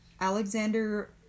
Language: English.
Alexander